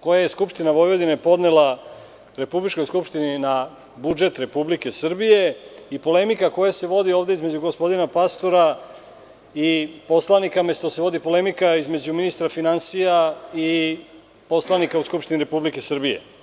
koje je Skupština Vojvodine podnela republičkoj Skupštini na budžet Republike Srbije i polemika koja se vodi ovde između gospodina Pastora i poslanika, umesto da se vodi polemika između ministra finansija i poslanika u Skupštini Republike Srbije.